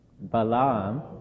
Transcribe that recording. Balaam